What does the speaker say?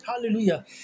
Hallelujah